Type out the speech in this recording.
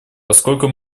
поскольку